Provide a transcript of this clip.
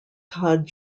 todd